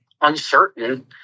uncertain